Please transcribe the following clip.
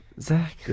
Zach